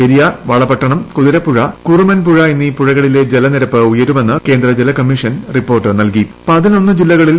പെരിയാർ വളപട്ടണം കുതിരപ്പുഴ കുറുമൻ പുഴ എന്നീ പുഴകളിൽ ജല നിരപ്പ് ഉയരുമെന്ന് കേന്ദ്ര ജലകമ്മീഷൻ റിപ്പോർട്ട് നൽകി